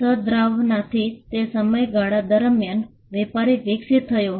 સદ્ભાવનાથી તે સમયગાળા દરમિયાન વેપારી વિકસિત થયો હતો